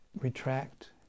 retract